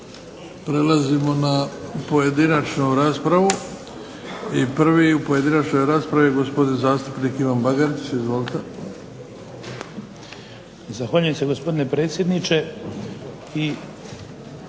Prelazimo na pojedinačnu raspravu. Prvi u pojedinačnoj raspravi gospodin zastupnik Ivan BAgarić. Izvolite. **Bagarić, Ivan (HDZ)** Zahvaljujem se gospodine predsjedniče i